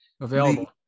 available